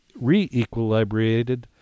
re-equilibrated